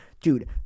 Dude